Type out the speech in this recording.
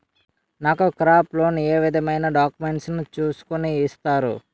నాకు crop loan ఏ విధమైన డాక్యుమెంట్స్ ను చూస్కుని ఇస్తారు?